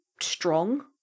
strong